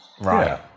right